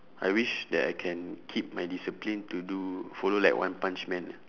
I wish that I can keep my discipline to do follow like one punch man